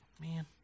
man